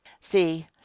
see